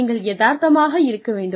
நீங்கள் யதார்த்தமாக இருக்க வேண்டும்